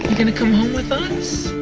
gonna come home with us.